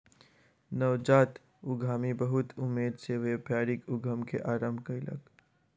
नवजात उद्यमी बहुत उमेद सॅ व्यापारिक उद्यम के आरम्भ कयलक